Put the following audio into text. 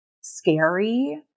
scary